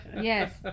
Yes